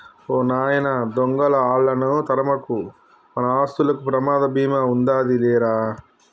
ఓ నాయన దొంగలా ఆళ్ళను తరమకు, మన ఆస్తులకు ప్రమాద భీమా ఉందాది లేరా